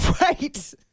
Right